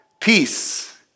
Peace